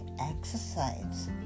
exercise